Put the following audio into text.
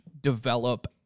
develop